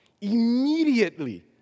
Immediately